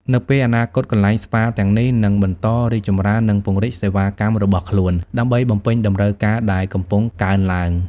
នៅពេលអនាគត កន្លែងស្ប៉ាទាំងនេះនឹងបន្តរីកចម្រើននិងពង្រីកសេវាកម្មរបស់ខ្លួនដើម្បីបំពេញតម្រូវការដែលកំពុងកើនឡើង។